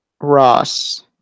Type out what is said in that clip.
Ross